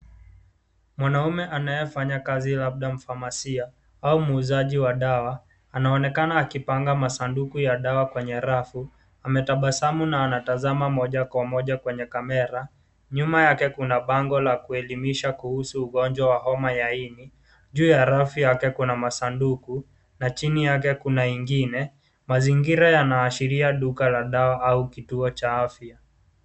Mwanaume anaye fanya kazi labda mfamasia, au muuzaji wa dawa, anaonekana akipanga masanduku ya dawa kwenye rafu, ametabasamu na anatazama moja kwa moja kwenye kamera, nyuma yake kuna bango la kuelimisha kuhusu ugonjwa wa homa ya ini, juu ya rafu yake kuna masanduku, na chini yake kuna ingine, mazingira yanaashiria duka la dawa au kituo cha afya.